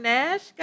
Nash